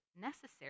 necessary